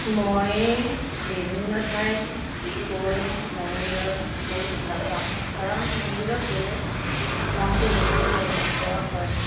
মই বিভিন্ন ঠাইত গৈ মন্দিৰত বহুত ভাল পাওঁ কাৰণ মন্দিৰত গ'লে মনটো বহুত পৱিত্ৰ হয়